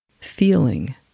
Feeling